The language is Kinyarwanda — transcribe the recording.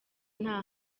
nta